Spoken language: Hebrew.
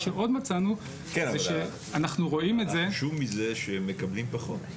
כן, אבל החשוב מזה, שהם מקבלים פחות.